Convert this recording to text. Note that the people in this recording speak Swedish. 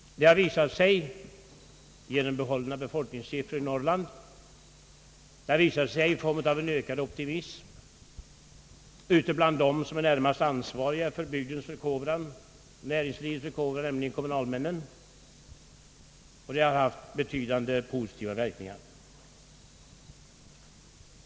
Det har visat sig genom bibehållna befolkningssiffror i Norrland, det har visat sig i form av en ökad optimism bland dem som närmast är ansvariga för bygdernas förkovran, nämligen kommunalmännen, och det har haft betydande positiva verkningar.